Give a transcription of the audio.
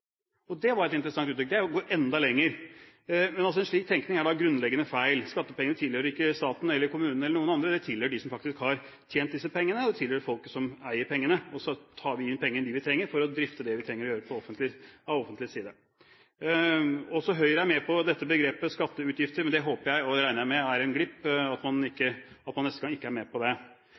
Det er et interessant uttrykk – det er å gå enda lenger. Men en slik tenkning er grunnleggende feil. Skattepengene tilhører ikke staten eller kommunen eller noen andre, de tilhører dem som faktisk har tjent disse pengene, og de tilhører folk som eier pengene. Så tar vi inn de pengene vi trenger for å drifte det vi trenger å gjøre fra det offentliges side. Også Høyre er med på dette begrepet «skatteutgifter», men det håper jeg, og regner jeg med, er en glipp, og at man neste gang ikke er med på det.